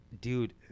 Dude